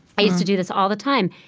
i used to do this all the time.